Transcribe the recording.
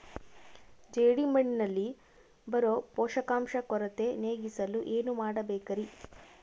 ಜೇಡಿಮಣ್ಣಿನಲ್ಲಿ ಬರೋ ಪೋಷಕಾಂಶ ಕೊರತೆ ನೇಗಿಸಲು ಏನು ಮಾಡಬೇಕರಿ?